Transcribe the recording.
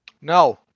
No